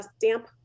damp